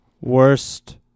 Worst